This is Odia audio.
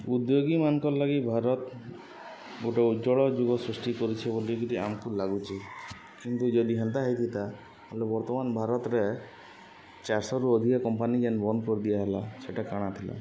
ଉଦ୍ୟୋଗୀମାନ୍କର୍ଲାଗି ଭାରତ୍ ଗୁଟେ ଉଜ୍ଜ୍ୱଳ ଯୁଗ ସୃଷ୍ଟି କରୁଛେ ବୋଲିକିରି ଆମ୍କୁ ଲାଗୁଛେ କିନ୍ତୁ ଯଦି ହେନ୍ତା ହେଇଥିତା ବେଲେ ବର୍ତ୍ତମାନ୍ ଭାରତ୍ରେ ଚାର୍ଶରୁ ଅଧିକା କମ୍ପାନୀ ଯେନ୍ ବନ୍ଦ୍ କରିଦିଆହେଲା ସେଟା କାଣା ଥିଲା